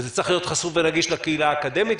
וזה צריך להיות חשוף ונגיש לקהילה האקדמית,